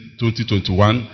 2021